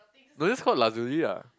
no just call Lazuli lah